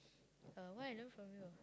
uh what I learn from you